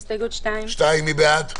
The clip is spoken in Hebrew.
הסתייגות מס' 25. מי בעד ההסתייגות?